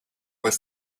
was